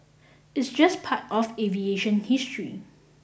it's just part of aviation history